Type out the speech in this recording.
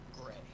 gray